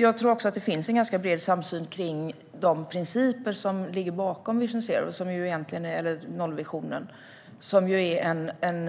Jag tror att det också finns en ganska bred samsyn om de principer som ligger bakom nollvisionen. Det är till att börja med en